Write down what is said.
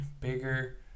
bigger